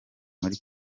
muri